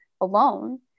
alone